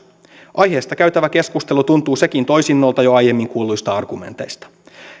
aiheesta käytävä keskustelu tuntuu sekin toisinnolta jo aiemmin kuulluista argumenteista